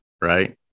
right